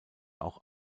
auch